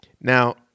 Now